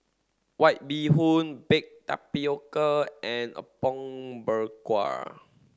White Bee Hoon Baked Tapioca and Apom Berkuah